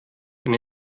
eine